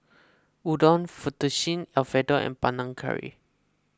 Udon Fettuccine Alfredo and Panang Curry